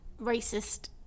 racist